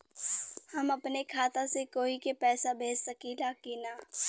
हम अपने खाता से कोई के पैसा भेज सकी ला की ना?